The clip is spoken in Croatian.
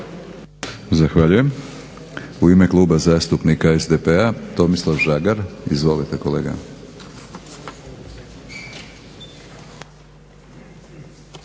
Zahvaljujem. U ime Kluba zastupnika SDP-a, Tomislav Žagar. Izvolite kolega.